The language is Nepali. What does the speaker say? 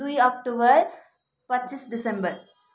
दुई अक्टुबर पच्चिस डिसेम्बर